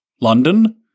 London